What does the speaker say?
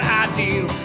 ideal